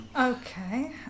Okay